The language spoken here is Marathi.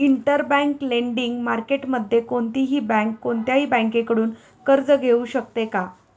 इंटरबँक लेंडिंग मार्केटमध्ये कोणतीही बँक कोणत्याही बँकेकडून कर्ज घेऊ शकते का?